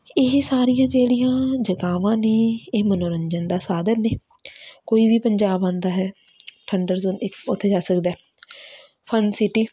ਇਹ ਸਾਰੀਆਂ ਜਿਹੜੀਆਂ ਜਗ੍ਹਾਵਾਂ ਨੇ ਇਹ ਮਨੋਰੰਜਨ ਦਾ ਸਾਧਨ ਨੇ ਕੋਈ ਵੀ ਪੰਜਾਬ ਆਉਂਦਾ ਹੈ ਠੰਡਰ ਜੋਨ ਉੱਥੇ ਜਾ ਸਕਦਾ ਫਨ ਸਿਟੀ